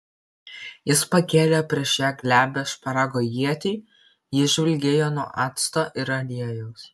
jis pakėlė prieš ją glebią šparago ietį ji žvilgėjo nuo acto ir aliejaus